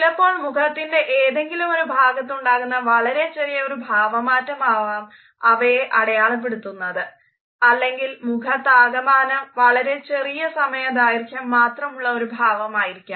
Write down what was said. ചിലപ്പോൾ മുഖത്തിൻറെ ഏതെങ്കിലുമൊരു ഭാഗത്തുണ്ടാകുന്ന വളരെ ചെറിയ ഒരു ഭാവമാറ്റമാകാം അവയെ അടയാളപ്പെടുത്തുന്നത് അല്ലെങ്കിൽ മുഖത്താകമാനം വളരെ ചെറിയ സമയ ദൈർഖ്യം മാത്രമുള്ള ഒരു ഭാവമായിരിക്കാം